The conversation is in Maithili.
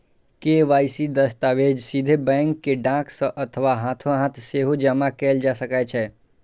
के.वाई.सी दस्तावेज सीधे बैंक कें डाक सं अथवा हाथोहाथ सेहो जमा कैल जा सकै छै